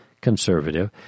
conservative